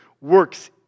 works